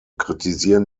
kritisieren